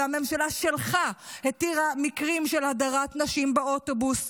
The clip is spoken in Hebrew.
הממשלה שלך התירה מקרים של הדרת נשים באוטובוס,